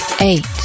Eight